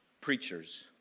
preachers